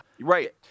Right